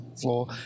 floor